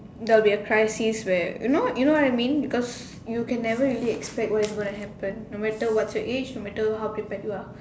there'll be a crisis where you know you know what I mean because you can never really expect like what is going to happen no matter what's your age no matter how prepared you are